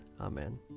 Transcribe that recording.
Amen